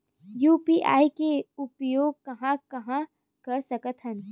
UPI के उपयोग कहां कहा कर सकत हन?